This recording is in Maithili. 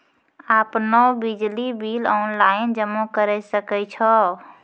आपनौ बिजली बिल ऑनलाइन जमा करै सकै छौ?